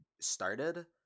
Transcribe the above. started